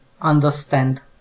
understand